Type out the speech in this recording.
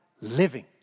living